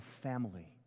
family